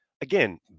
again